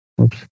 Oops